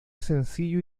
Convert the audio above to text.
sencillo